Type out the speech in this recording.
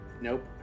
Nope